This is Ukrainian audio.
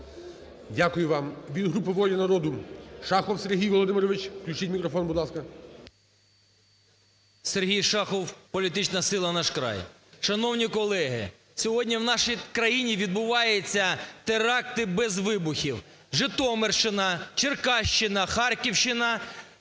Дякую вам. Від групи "Воля народу" Шахов Сергій Володимирович. Включіть мікрофон, будь ласка. 10:41:06 ШАХОВ С.В. Сергій Шахов, політична сила "Наш край". Шановні колеги, сьогодні у нашій країні відбуваються теракти без вибухів. Житомирщина, Черкащина, Харківщина